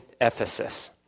Ephesus